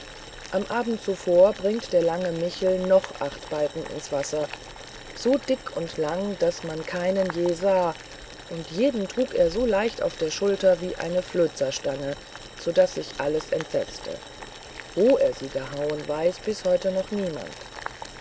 am abend zuvor bringt der lange michel noch acht balken ans wasser so dick und lang als man keinen je sah und jeden trug er so leicht auf der schulter wie eine flözerstange so daß sich alles entsetzte wo er sie gehauen weiß bis heute noch niemand